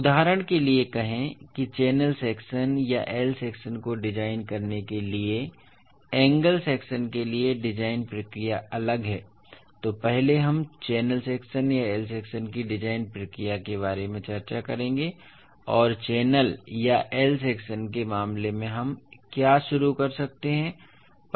उदाहरण के लिए कहें कि चैनल सेक्शन या I सेक्शन को डिज़ाइन करने के लिए एंगल सेक्शन के लिए डिज़ाइन प्रक्रिया अलग है इसलिए पहले हम चैनल सेक्शन या I सेक्शन की डिज़ाइन प्रक्रिया के बारे में चर्चा करेंगे और चैनल या I सेक्शन के मामले में हम क्या शुरू कर सकते हैं